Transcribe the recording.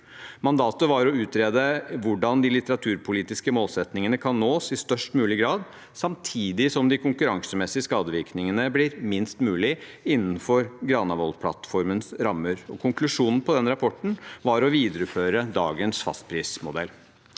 Mandatet var å utrede hvordan de litteraturpolitiske målsettingene kan nås i størst mulig grad, samtidig som de konkurransemessige skadevirkningene blir minst mulig – innenfor Granavolden-plattformens rammer. Konklusjonen på den rapporten var å videreføre dagens fastprismodell.